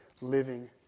living